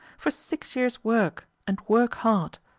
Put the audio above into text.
for six years work, and work hard.